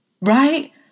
right